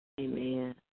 Amen